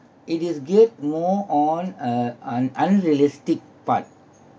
it is give more on uh un~ unrealistic part